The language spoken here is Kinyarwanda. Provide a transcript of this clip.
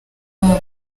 wabo